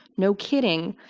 no kidding.